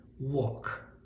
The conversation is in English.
Walk